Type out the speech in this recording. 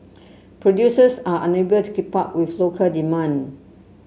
producers are unable to keep up with local demand